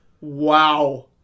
wow